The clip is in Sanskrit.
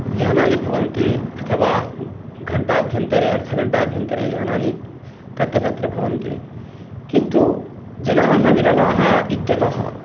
यानानि भवन्ति अथवा घण्टाभ्यन्तरे अर्धघण्टाभ्यन्तरे यानानि तत्र तत्र भवन्ति किन्तु जनाः विरलाः इत्यतः